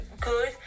good